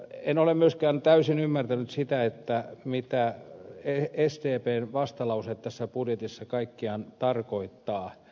en ole myöskään täysin ymmärtänyt sitä mitä sdpn vastalause tässä budjetissa kaikkiaan tarkoittaa